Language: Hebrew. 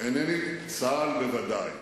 צה"ל, ודאי.